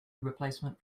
replacement